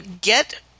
get